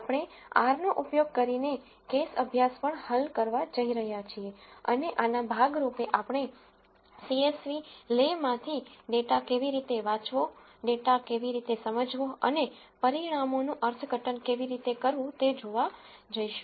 આપણે આર નો ઉપયોગ કરીને કેસ અભ્યાસ પણ હલ કરવા જઈ રહ્યા છીએ અને આના ભાગ રૂપે આપણે સીએસવી લે માંથી ડેટા કેવી રીતે વાંચવો ડેટા કેવી રીતે સમજવો અને પરિણામોનું અર્થઘટન કેવી રીતે કરવું તે જોવા જઈશું